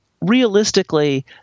realistically